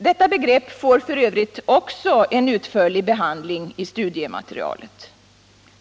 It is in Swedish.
Detta begrepp får f. ö. också en utförlig behandling i studiematerialet.